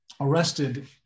arrested